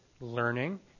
learning